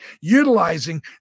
utilizing